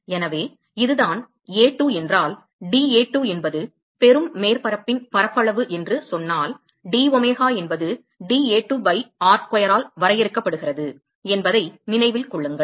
எனவே இது A2 என்றால் dA2 என்பது பெறும் மேற்பரப்பின் பரப்பளவு என்று சொன்னால் d ஒமேகா என்பது dA2 பை r ஸ்கொயர் ஆல் வரையறுக்கப்படுகிறது என்பதை நினைவில் கொள்ளுங்கள்